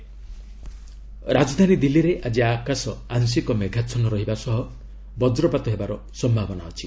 weather ରାଜଧାନୀ ଦିଲ୍ଲୀରେ ଆଜି ଆକାଶ ଆଂଶିକ ମେଘାଚ୍ଛନ୍ନ ରହିବା ସହ ବଜ୍ରପାତ ହେବାର ସମ୍ଭାବନା ଅଛି